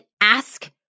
ask